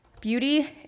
Beauty